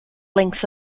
lengths